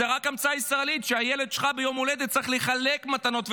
זאת רק המצאה ישראלית שהילד שלך ביום ההולדת צריך לחלק מתנות,